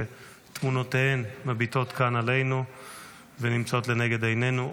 שתמונותיהם מביטות כאן עלינו ונמצאות לנגד עינינו,